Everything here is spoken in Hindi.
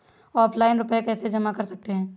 ऑफलाइन रुपये कैसे जमा कर सकते हैं?